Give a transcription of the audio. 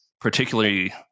particularly